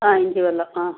ആ ഇഞ്ചിവെള്ളം ആ